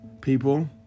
people